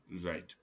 Right